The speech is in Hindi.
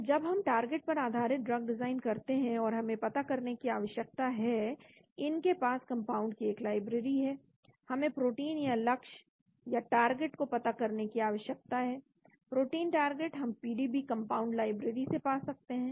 तो जब हम टारगेट पर आधारित ड्रग डिजाइन करते हैं और हमें पता करने की आवश्यकता है इनके पास कंपाउंडस की एक लाइब्रेरी है हमें प्रोटीन के लक्ष्य या टारगेट को पता करने की आवश्यकता है प्रोटीन टारगेट हम पीडीबी कंपाउंड लाइब्रेरी से पा सकते हैं